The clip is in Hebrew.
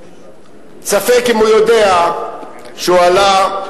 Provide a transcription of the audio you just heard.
ספק אם הוא יודע שהוא עלה,